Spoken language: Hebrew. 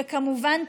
וכמובן,